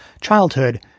childhood